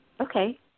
Okay